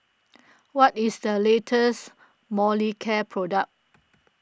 what is the latest Molicare product